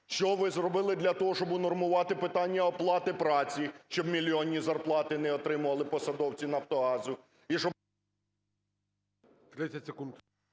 Що ви зробили для того, щоб унормувати питання оплати праці, щоб мільйонні зарплати не отримували посадовці "Нафтогазу"